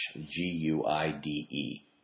g-u-i-d-e